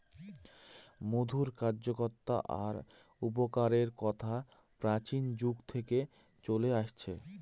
মধুর কার্যকতা আর উপকারের কথা প্রাচীন যুগ থেকে চলে আসছে